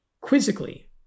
quizzically